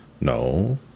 No